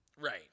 Right